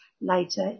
later